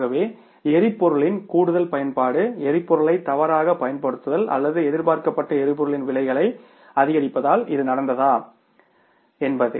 ஆகவே எரிபொருளின் கூடுதல் பயன்பாடு எரிபொருளை தவறாகப் பயன்படுத்துதல் அல்லது எதிர்பார்க்கப்படாத எரிபொருளின் விலைகள் அதிகரிப்பதால் இது நடந்ததா என்பது